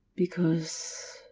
because.